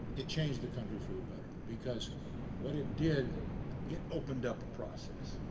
it changed the country for the better because what it did it opened up a process.